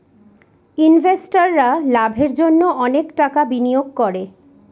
ইনভেস্টাররা লাভের জন্য অনেক টাকা বিনিয়োগ করে